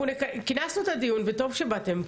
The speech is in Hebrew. אנחנו כינסנו את הדיון וטוב שבאתם,